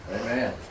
Amen